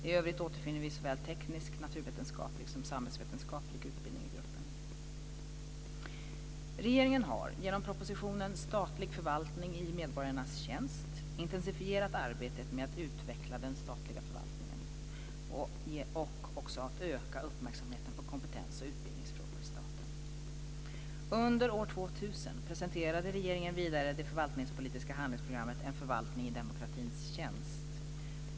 I övrigt återfinner vi såväl teknisk, naturvetenskaplig som samhällsvetenskaplig utbildning i gruppen. 2000 presenterade regeringen vidare det förvaltningspolitiska handlingsprogrammet En förvaltning i demokratins tjänst.